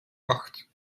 acht